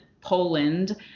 Poland